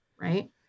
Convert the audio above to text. right